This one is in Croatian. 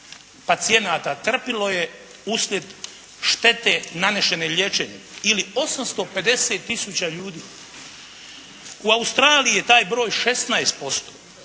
pacijenata trpilo je uslijed štete nanesene liječenjem. Ili 850 tiusuća ljudi. U Australiji je taj broj 16%.